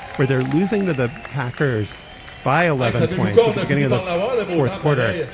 where they're losing to the packers by eleven points at the beginning of the fourth quarter,